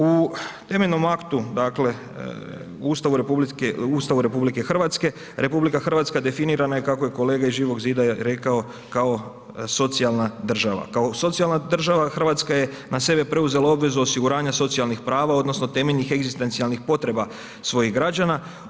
U temeljnom aktu dakle u Ustavu RH, RH definirana je kako je kolega iz Živog zida rekao, kao socijalna država, kao socijalna država, Hrvatska je na sebe preuzela obvezu osiguranja socijalnih prava odnosno temeljnih egzistencijalnih potreba svojih građana.